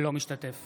אינו משתתף